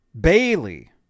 Bailey